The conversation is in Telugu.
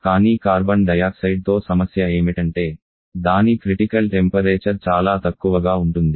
కానీ కార్బన్ డయాక్సైడ్ తో సమస్య ఏమిటంటే దాని క్రిటికల్ టెంపరేచర్ చాలా తక్కువగా ఉంటుంది